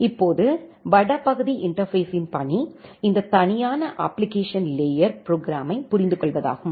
இப்போது வடபகுதி இன்டர்பேஸ்ஸின் பணி இந்த தனியான அப்ப்ளிகேஷன் லேயர் ப்ரோகிராம்மை புரிந்துகொள்வதாகும்